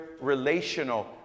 relational